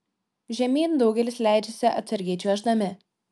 žemyn daugelis leidžiasi atsargiai čiuoždami